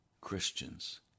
Christians